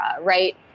right